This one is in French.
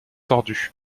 tordus